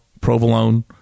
provolone